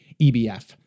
EBF